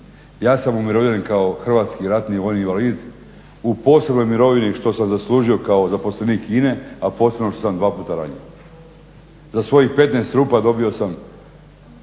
Ja sam umirovljen kao hrvatski ratni vojni invalid u posebnoj mirovini što sam zaslužio kao zaposlenik INA-e a posebno što sam dva puta ranjen. Za svojih 15 rupa dobio sam